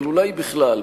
אבל אולי בכלל,